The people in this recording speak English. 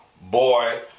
boy